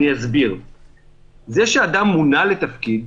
זה שאדם מונה לתפקיד,